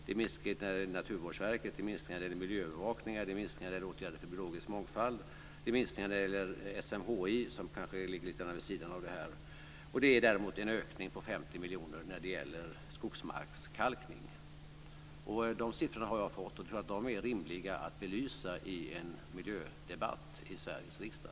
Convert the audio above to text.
Det är minskningar när det gäller Naturvårdsverket. Det är minskningar när det gäller miljöövervakningar. Det är minskningar när det gäller åtgärder för biologisk mångfald. Det är minskningar när det gäller SMHI, som kanske ligger lite grann vid sidan av det här. Det är däremot en ökning på 50 miljoner när det gäller skogsmarkskalkning. Dessa siffror har jag fått, och jag tror att de är rimliga att belysa i en miljödebatt i Sveriges riksdag.